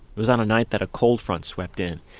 it was on a night that a cold front swept in.